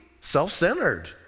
self-centered